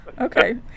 Okay